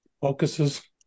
focuses